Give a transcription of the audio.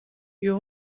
you